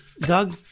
Doug